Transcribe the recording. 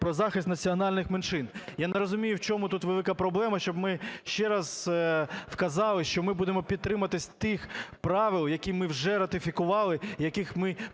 про захист національних меншин. Я не розумію, в чому тут велика проблема, щоб ми ще раз вказали, що ми будемо притримуватись тих правил, які ми вже ратифікували, яких ми повинні